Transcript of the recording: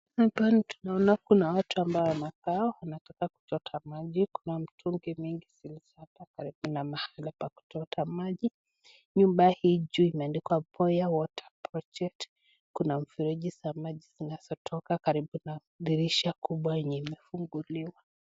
Hapa tunaona kuna watu ambao wanakaa wanataka kuchota maji, kuna mitungi mingi zilizo hapa. Kuna mahala pa kuchota maji. Nyumba hii juu imeandikwa(cs)'Boya Water Project'. (Cs)Kuna mfereji za maji zinazotoka karibu na dirisha kubwa yenye imefunguliwa.